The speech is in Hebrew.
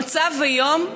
במצב היום,